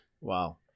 Wow